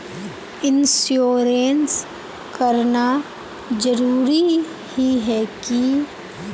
Insurance कराना जरूरी ही है की?